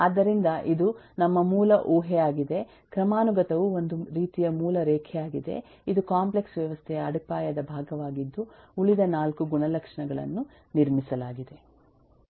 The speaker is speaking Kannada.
ಆದ್ದರಿಂದ ಇದು ನಮ್ಮ ಮೂಲ ಊಹೆಯಾಗಿದೆ ಕ್ರಮಾನುಗತವು ಒಂದು ರೀತಿಯ ಮೂಲ ರೇಖೆಯಾಗಿದೆ ಇದು ಕಾಂಪ್ಲೆಕ್ಸ್ ವ್ಯವಸ್ಥೆಯ ಅಡಿಪಾಯದ ಭಾಗವಾಗಿದ್ದು ಉಳಿದ 4 ಗುಣಲಕ್ಷಣಗಳನ್ನು ನಿರ್ಮಿಸಲಾಗಿದೆ